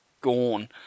gone